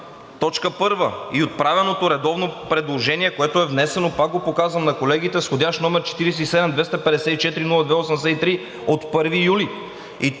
т. 1 и отправеното редовно предложение, което е внесено, пак го показвам на колегите, с входящ № 47-254-02-83 от 1 юли.